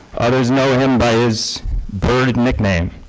others know him by his bird nickname.